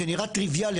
זה נראה טריוויאלי.